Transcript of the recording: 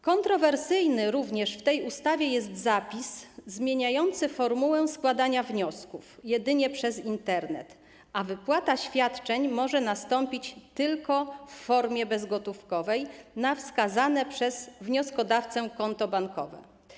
Kontrowersyjny również w tej ustawie jest zapis zmieniający formułę składania wniosków jedynie przez Internet, a wypłata świadczeń może nastąpić tylko w formie bezgotówkowej na wskazane przez wnioskodawcę konto bankowe.